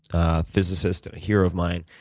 a physicist and hero of mine,